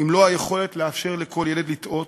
אם לא היכולת לאפשר לכל ילד לטעות?